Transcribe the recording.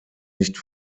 nicht